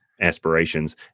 aspirations